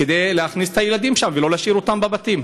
כדי להכניס את הילדים לשם ולא להשאיר אותם בבתים.